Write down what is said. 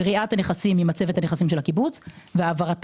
גריעת הנכסים ממצבת הנכסים של הקיבוץ והעברתם.